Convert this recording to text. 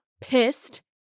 pissed